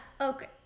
okay